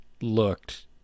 looked